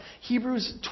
Hebrews